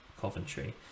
coventry